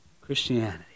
Christianity